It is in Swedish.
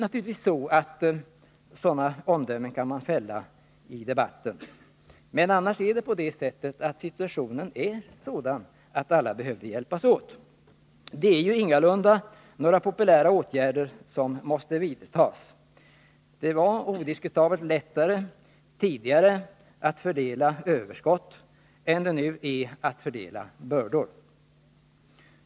Naturligtvis kan man fälla sådana omdömen i debatten, men situationen är nu sådan att alla behöver hjälpas åt. Det är ingalunda populära åtgärder som måste vidtas. Det var odiskutabelt lättare, som vi tidigare gjorde, att fördela överskott än att som nu fördela bördor.